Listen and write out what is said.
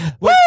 Woo